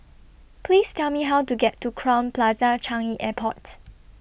Please Tell Me How to get to Crowne Plaza Changi Airport